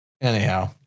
Anyhow